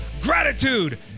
Gratitude